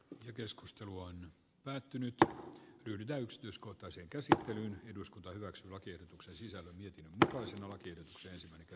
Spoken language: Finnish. ja keskustelu on päätynyt o yltä yksityiskohtaisen käsi on eduskunta hyväksyi lakiehdotuksen sisällön ja proosan ollakin jos mikä